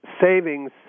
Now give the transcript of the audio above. savings